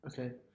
Okay